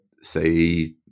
say